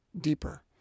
deeper